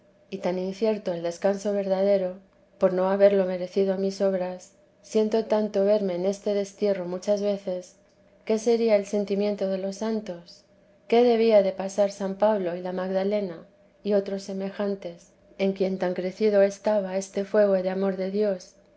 y tan incierto el descanso verdadero por no haberlo merecido mis obras siento tanto verme en este destierro muchas veces qué sería el sentimiento de los santos qué debía de pasar san pablo y la magdalena y otros semejantes en quien tan crecido estaba este fuego de amor de dios